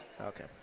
Okay